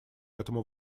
этому